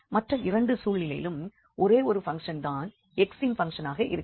மற்ற இரண்டு சூழலிலும் ஒரே ஒரு பங்க்ஷன் தான் x இன் பங்க்ஷனாக இருக்கிறது